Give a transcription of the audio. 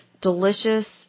delicious